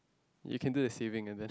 you can do your saving and then